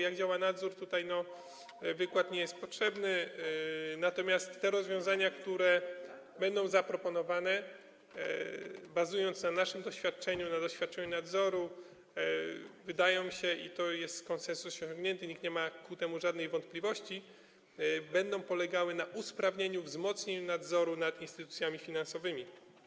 Jak działa nadzór, tutaj wykład nie jest potrzebny, natomiast te rozwiązania, które będą zaproponowane, na bazie naszego doświadczenia, doświadczenia nadzoru, wydaje się, i to jest osiągnięty konsensus, nikt nie ma co do tego żadnej wątpliwości, będą polegały na usprawnieniu, wzmocnieniu nadzoru nad instytucjami finansowymi.